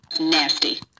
Nasty